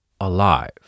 alive